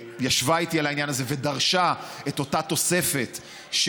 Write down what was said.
ישבה איתי על העניין הזה ודרשה את אותה תוספת של